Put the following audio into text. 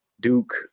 Duke